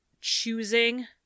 choosing